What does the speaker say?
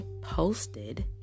posted